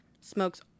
smokes